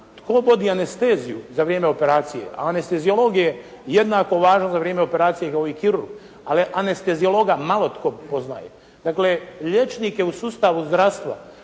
tko vodi anesteziju za vrijeme operacije. A anesteziolog je jednako važan za vrijeme operacije kao i kirurg. Ali anesteziologa malo tko poznaje. Dakle liječnike u sustavu zdravstva